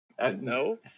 No